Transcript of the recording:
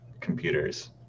computers